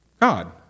God